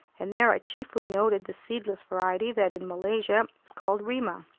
and there i chiefly noted the seedless variety that in malaysia is called rima.